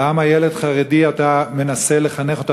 למה ילד חרדי, אתה מנסה לחנך אותו?